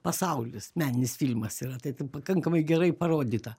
pasaulis meninis filmas yra tai ten pakankamai gerai parodyta